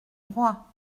droit